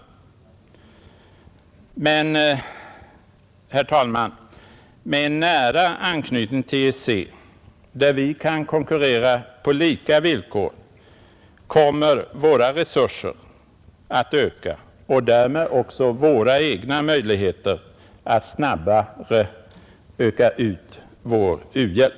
Och, herr talman, med en nära anknytning till EEC, där vi kan konkurrera på lika villkor, kommer våra resurser att stiga snabbare och därmed också våra egna möjligheter att snabbare öka vår u-hjälp.